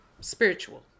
Spiritual